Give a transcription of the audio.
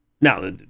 Now